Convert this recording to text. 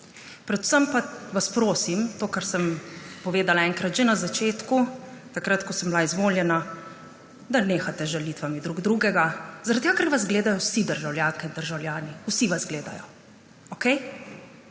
Predvsem pa vas prosim to, kar sem enkrat že povedala na začetku, takrat ko sem bila izvoljena – da nehate z žalitvami drug drugega, zaradi tega ker vas gledajo vsi državljanke in državljani. Vsi vas gledajo. Okej?